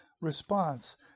response